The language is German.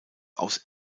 aus